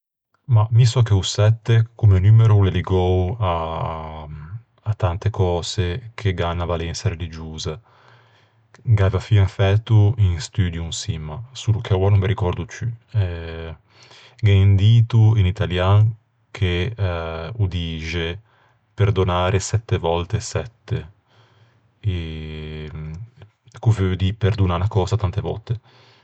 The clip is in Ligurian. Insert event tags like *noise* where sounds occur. Mah, mi o che o sette comme numero o l'é ligou à *hesitation* à tante cöse che gh'an unna valensa religiosa. Gh'aiva fiña fæto un studio in çimma, solo che oua no me ricòrdo ciù. *hesitation* Gh'é un dito in italian che *hesitation* o dixe "perdonare sette volte sette", *hesitation* ch'o veu dî perdonâ unna cösa tante vòtte.